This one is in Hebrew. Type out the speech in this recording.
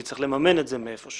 כי צריך לממן את זה מאיפשהו.